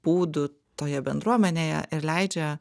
būdu toje bendruomenėje ir leidžia